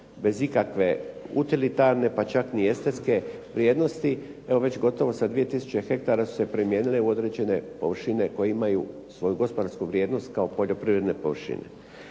bez ikakve utilitarne pa čak ni estetske vrijednosti. Evo već gotovo sa 2000 hektara su se premijenile u određene površine koje imaju svoju gospodarsku vrijednost kao poljoprivredne površine.